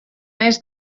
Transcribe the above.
mes